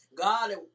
God